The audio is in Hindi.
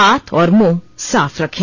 हाथ और मुंह साफ रखें